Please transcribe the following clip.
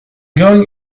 going